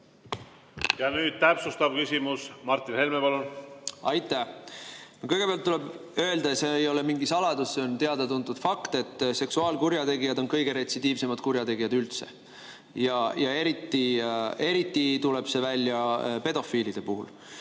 Nüüd täpsustav küsimus. Martin Helme, palun! Aitäh! Kõigepealt tuleb öelda, et see ei ole mingi saladus, see on teada-tuntud fakt, et seksuaalkurjategijad on kõige retsidiivsemad kurjategijad üldse ja eriti tuleb see välja pedofiilide puhul.